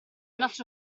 nostro